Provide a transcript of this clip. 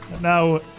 Now